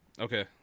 Okay